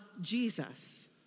Jesus